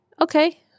Okay